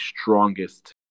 strongest